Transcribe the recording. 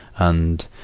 and,